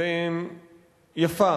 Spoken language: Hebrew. ויפה